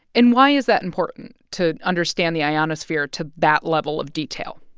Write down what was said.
and why is that important, to understand the ionosphere to that level of detail?